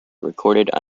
recorded